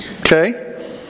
okay